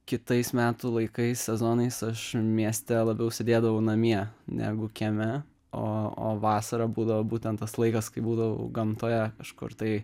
kitais metų laikais sezonais aš mieste labiau sėdėdavau namie negu kieme o o vasarą būdavo būtent tas laikas kai būdavau gamtoje kažkur tai